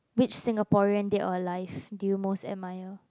which Singaporean dead or alive do you most admire